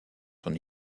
son